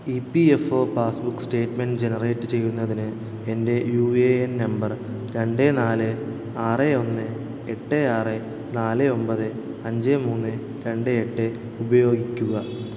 ഈ P F O passbook statement generate ചെയ്യുന്നതിന് എന്റെ യൂ ഏ എൻ നമ്പർ രണ്ട് നാല് ആറ് ഒന്ന് എട്ട് ആറ് നാല് ഒമ്പത് അഞ്ച് മൂന്ന് രണ്ട് എട്ട് ഉപയോഗിക്കുക